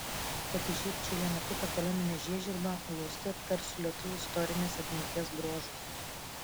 kad įžiebčiau vieną kitą poleminę žiežirbą glaustai aptarsiu lietuvių istorinės atminties bruožus